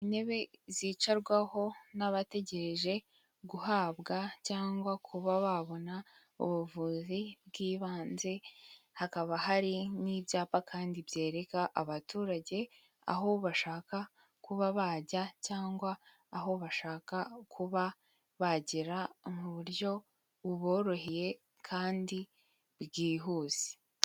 Intebe zicarwaho n'abategereje guhabwa cyangwa kuba babona ubuvuzi bw'ibanze hakaba hari n'ibyapa kandi byereka abaturage aho bashaka kuba bajya cyangwa aho bashaka kuba bagera mu buryo buboroheye kandi bwihuse.